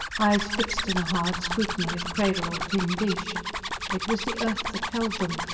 eyes fixed, in a hard scrutiny of cradle or tin-dish it was the earth that held them,